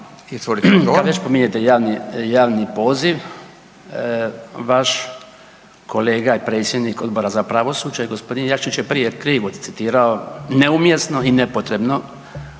Kad već pominjete javni poziv, vaš kolega je predsjednik Odbora za pravosuđe, gospodin Jakšić je prije krivo citirao neumjesno i nepotrebno